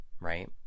right